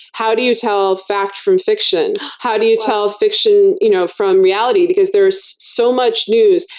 how do you tell fact from fiction? how do you tell fiction you know from reality, because there's so much news,